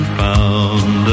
found